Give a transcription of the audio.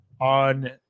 on